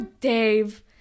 Dave